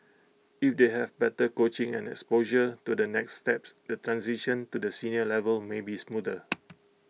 if they have better coaching and exposure to the next steps the transition to the senior level may be smoother